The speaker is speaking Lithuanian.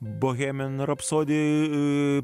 bohemijan rapsodijoj